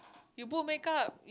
you put make-up